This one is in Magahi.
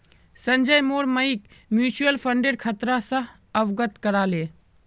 संजय मोर मइक म्यूचुअल फंडेर खतरा स अवगत करा ले